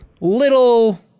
little